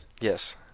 Yes